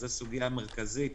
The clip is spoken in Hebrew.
זאת סוגיה מרכזית